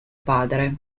padre